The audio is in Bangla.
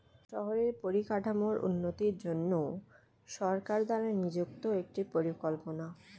শহরের পরিকাঠামোর উন্নতির জন্য সরকার দ্বারা নিযুক্ত একটি পরিকল্পনা